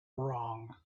wrong